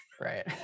right